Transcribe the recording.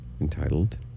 entitled